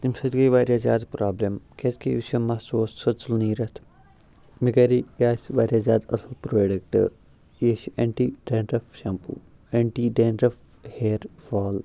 تَمہِ سۭتۍ گٔے واریاہ زیادٕ پرٛابلِم کیٛازِکہِ یُس یہِ مَس اوس سُہ ژوٚل نیٖرتھ مےٚ کَرے یہِ آسہِ واریاہ زیادٕ اصٕل پرٛوڈَکٹہٕ یہِ چھُ anti dandruff shampoo anti dandruff hair فال